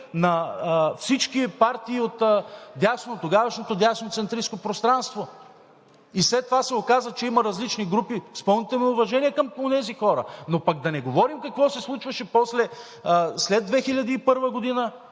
на всички партии отдясно, тогавашното дясноцентристко пространство, и след това се оказа, че има различни групи, с пълното ми уважение към онези хора. Но пък да не говорим какво се случваше после след 2001 г.,